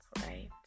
right